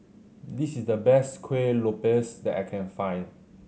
this is the best Kuih Lopes that I can find